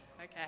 okay